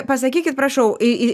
pasakykit prašau į į